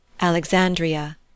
Alexandria